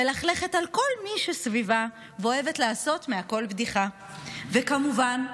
מלכלכת על כל מי שסביבה ואוהבת לעשות מהכול בדיחה; וכמובן,